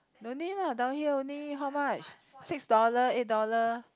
no need lah down here only how much six dollar eight dollar